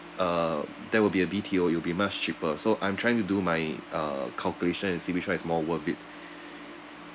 uh that will be a B_T_O it will be much cheaper so I'm trying to do my uh calculation and see which [one] is more worth it